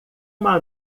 uma